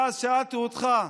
ואז שאלתי אותך: